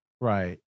Right